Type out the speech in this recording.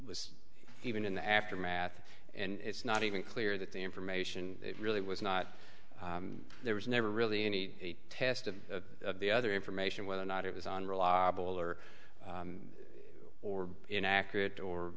was even in the aftermath and it's not even clear that the information that really was not there was never really any a test of the of the other information whether or not it was on reliable or or inaccurate or